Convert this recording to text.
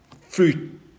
fruit